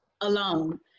alone